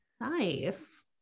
nice